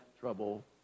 trouble